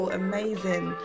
amazing